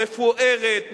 מפוארת,